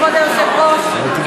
כבוד היושב-ראש,